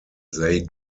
they